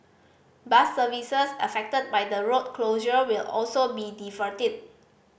bus services affected by the road closure will also be diverted